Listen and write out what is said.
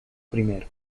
primero